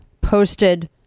posted